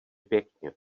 pěkně